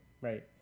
right